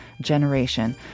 generation